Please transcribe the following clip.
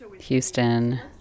Houston